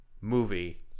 movie